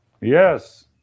Yes